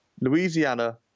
Louisiana